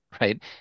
Right